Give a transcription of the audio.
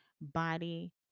body